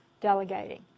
delegating